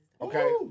Okay